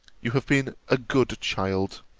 you have been a good child.